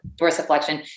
dorsiflexion